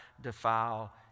defile